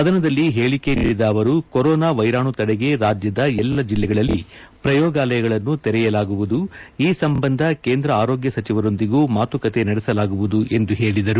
ಸದನದಲ್ಲಿ ಹೇಳಕೆ ನೀಡಿದ ಅವರು ಕೊರೊನಾ ವೈರಾಣು ತಡೆಗೆ ರಾಜ್ಯದ ಎಲ್ಲಾ ಜಿಲ್ಲೆಗಳಲ್ಲಿ ಪ್ರಯೋಗಾಲಯಗಳನ್ನು ತೆರೆಯಲಾಗುವುದು ಈ ಸಂಬಂಧ ಕೇಂದ್ರ ಆರೋಗ್ಯ ಸಚಿವರೊಂದಿಗೂ ಮಾತುಕತೆ ನಡೆಸಲಾಗುವುದು ಎಂದು ಹೇಳಿದರು